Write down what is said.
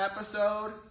episode